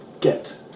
get